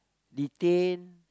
detained